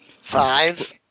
Five